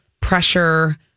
pressure